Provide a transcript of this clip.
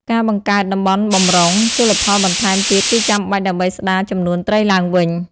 ការបង្កើត តំបន់បម្រុង ជលផលបន្ថែមទៀតគឺចាំបាច់ដើម្បីស្តារចំនួនត្រីឡើងវិញ។